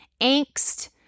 angst